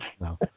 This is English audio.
No